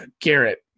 Garrett